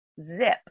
Zip